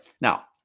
now